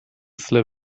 slip